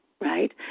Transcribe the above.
right